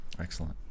excellent